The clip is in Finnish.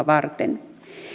varten